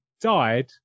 died